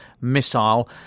missile